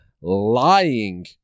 lying